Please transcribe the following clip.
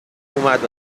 اومد